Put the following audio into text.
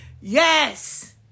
Yes